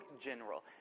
general